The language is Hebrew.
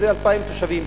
זה 2,000 תושבים,